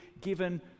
given